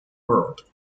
world